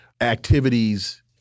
activities